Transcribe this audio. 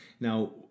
Now